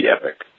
epic